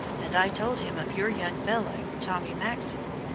and i told him of your young fellow, tommy maxwell,